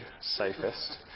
safest